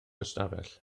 ystafell